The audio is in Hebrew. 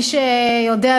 מי שיודע,